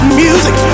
music